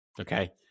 Okay